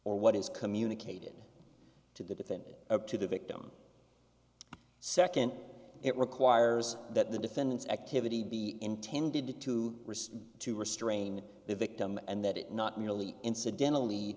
or what is communicated to the defendant or to the victim second it requires that the defendant's activity be intended to risk to restrain the victim and that it not merely incidentally